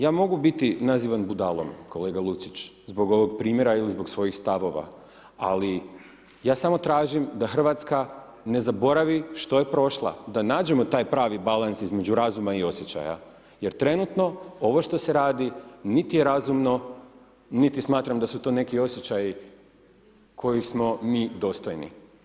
Ja mogu biti nazvan budalom, kolega Lucić, zbog ovog primjera ili zbog svojih stavova ali, ja samo tražim da Hrvatska ne zaboravi što je prošla, da nađemo taj pravi balans između razuma i osjećaja jer trenutno ovo što se radi niti je razumno niti smatram da su to neki osjećaji kojih smo mi dostojni.